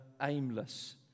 aimless